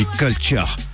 Culture